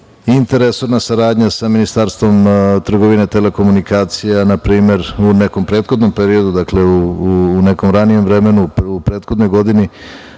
interresorna saradnja sa Ministarstvom trgovine, telekomunikacija, na primer u nekom prethodnom periodu, dakle u nekom ranijem vremenu, u prethodnoj godini,